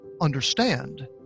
understand